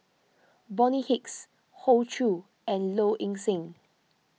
Bonny Hicks Hoey Choo and Low Ing Sing